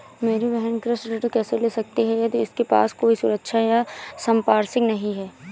मेरी बहिन कृषि ऋण कैसे ले सकती है यदि उसके पास कोई सुरक्षा या संपार्श्विक नहीं है?